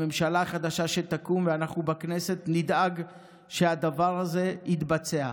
הממשלה החדשה שתקום ואנחנו בכנסת נדאג שהדבר הזה יתבצע.